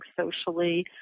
socially